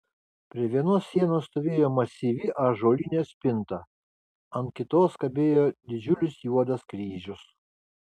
prie vienos sienos stovėjo masyvi ąžuolinė spinta ant kitos kabėjo didžiulis juodas kryžius